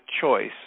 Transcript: choice